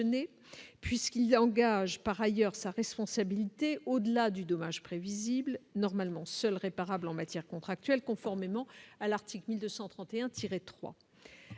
puisqu'il y a engagé par ailleurs sa responsabilité au-delà du dommage prévisible normalement seul réparable en matière contractuelle, conformément à l'article 1231